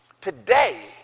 Today